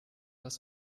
das